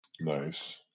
Nice